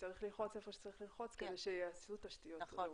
צריך ללחוץ היכן שצריך ללחוץ כדי שייצרו תשתיות ראויות.